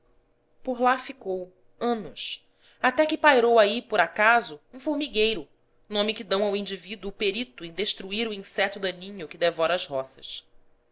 por lá ficou anos até que pairou aí por acaso um formigueiro nome que dão ao indivíduo perito em destruir o inseto daninho que devora as roças